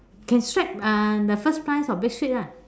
can strike uh the first prize of big sweep lah